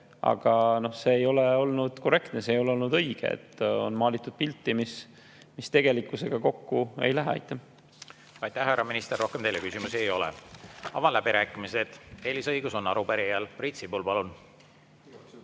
aga see ei ole olnud korrektne, see ei ole olnud õige. On maalitud pilti, mis tegelikkusega kokku ei lähe. Aitäh, härra minister! Rohkem teile küsimusi ei ole. Avan läbirääkimised. Eelisõigus on arupärijal. Priit Sibul, palun!